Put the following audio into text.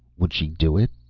would she do it?